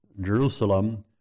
Jerusalem